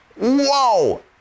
Whoa